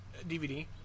DVD